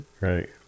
Right